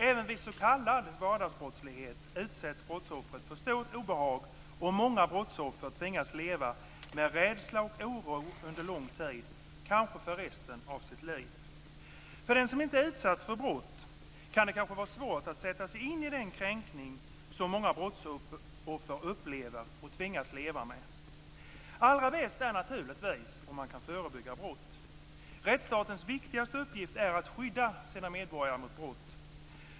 Även vid s.k. vardagsbrottslighet utsätts brottsoffret för stort obehag, och många brottsoffer tvingas leva med rädsla och oro under lång tid, kanske för resten av sitt liv. För den som inte utsatts för brott kan det kanske vara svårt att sätta sig in i den kränkning som många brottsoffer upplever och tvingas leva med. Allra bäst är naturligtvis om man kan förebygga brott. Rättsstatens viktigaste uppgift är att skydda sina medborgare mot brott.